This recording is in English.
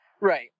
Right